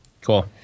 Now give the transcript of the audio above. Cool